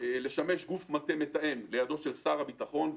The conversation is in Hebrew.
לשמש גוף מטה מתאם ליד שר הביטחון,